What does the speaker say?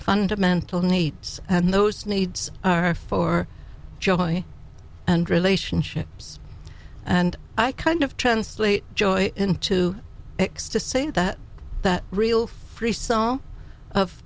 fundamental needs and those needs are for joy and relationships and i kind of translate joy into x to say that that real free